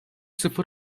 sıfır